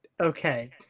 okay